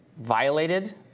violated